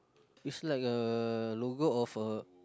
is like a logo of a